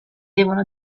devono